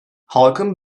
halkın